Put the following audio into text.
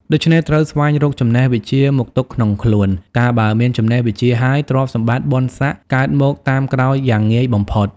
ដូច្នេះ ត្រូវស្វែងរកចំណេះវិជ្ជាមកទុកក្នុងខ្លួន កាលបើមានចំណេះវិជ្ជាហើយ ទ្រព្យសម្បត្តិ បុណ្យស័ក្តិ កើតមកតាមក្រោយយ៉ាងងាយបំផុត ។